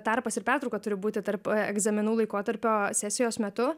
tarpas ir pertrauka turi būti tarp egzaminų laikotarpio sesijos metu